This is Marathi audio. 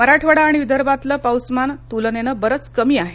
मराठवाडा आणि विदर्भातलं पाऊसमान तुलनेनं बरंच कमी आहे